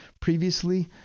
previously